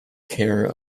care